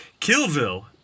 killville